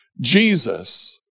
Jesus